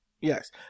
Yes